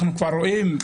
אנחנו כבר רואים,